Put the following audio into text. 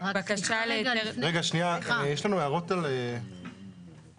- בקשה להיתר לפי סעיף קטן זה תכלול 40 יחידות דיור לכל הפחות".